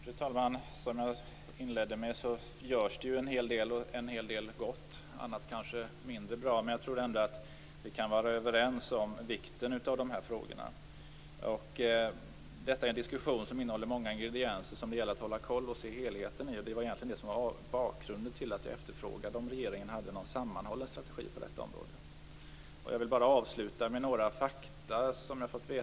Fru talman! Som jag inledde med att säga görs en hel del - och en hel del gott. Annat kanske är mindre bra. Men jag tror ändå att vi kan vara överens om vikten av de här frågorna. Detta är en diskussion som innehåller många ingredienser. Det gäller att hålla koll och se helheten i det hela. Det var egentligen just detta som var bakgrunden till att jag frågade om regeringen hade någon sammanhållen strategi på detta område. Jag vill avsluta med några fakta som jag har fått reda på.